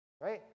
Right